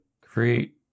create